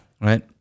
Right